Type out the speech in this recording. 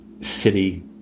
city